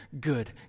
good